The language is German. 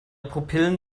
pupillen